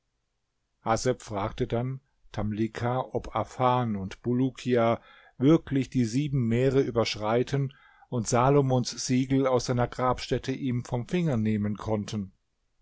fragte dann tamlicha ob afan und bulukia wirklich die sieben meere überschreiten und salomons siegel aus seiner grabstätte ihm vom finger nehmen konnten